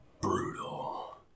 brutal